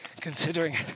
considering